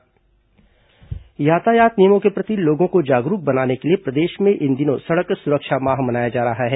सड़क सुरक्षा माह यातायात नियमों के प्रति लोगों को जागरूक बनाने के लिए प्रदेश में इन दिनों सड़क सुरक्षा माह मनाया जा रहा है